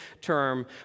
term